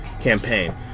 campaign